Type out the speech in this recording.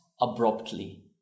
abruptly